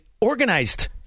organized